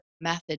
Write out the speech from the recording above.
method